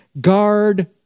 Guard